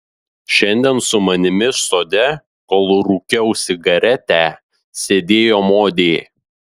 šiandien su manimi sode kol rūkiau cigaretę sėdėjo modė